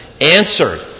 answered